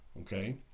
Okay